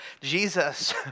Jesus